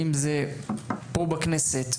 אם זה פה בכנסת,